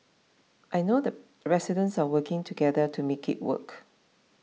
I know the residents are working together to make it work